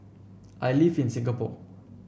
I live in Singapore